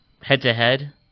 head-to-head